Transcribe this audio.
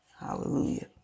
Hallelujah